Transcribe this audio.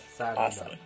awesome